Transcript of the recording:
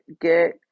get